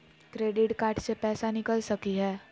Credit card से पैसा निकल सकी हय?